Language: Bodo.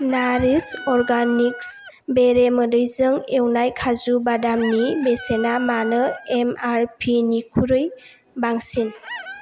नारिश अर्गेनिक्स बेरेमोदैजों एवनाय काजु बादामनि बेसेना मानो एमआरपिनिख्रुइ बांसिन